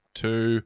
two